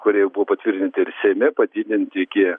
kurie buvo patvirtinti ir seime padidinti iki